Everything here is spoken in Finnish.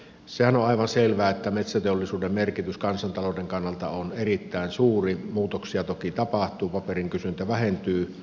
sehän on aivan selvää että metsäteollisuuden merkitys kansantalouden kannalta on erittäin suuri muutoksia toki tapahtuu paperin kysyntä vähentyy